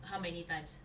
how many times